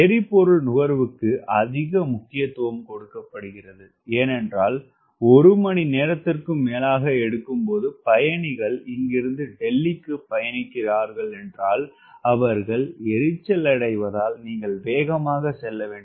எரிபொருள் நுகர்வுக்கு அதிக முக்கியத்துவம் கொடுக்கப்படுகிறது ஏனென்றால் ஒரு மணி நேரத்திற்கும் மேலாக எடுக்கும் போது பயணிகள் இங்கிருந்து டெல்லிக்கு பயணிக்கிறார்களானால் அவர்கள் எரிச்சலடைவதால் நீங்கள் வேகமாக செல்ல வேண்டும்